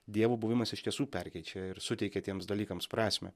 dievo buvimas iš tiesų perkeičia ir suteikia tiems dalykams prasmę